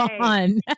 on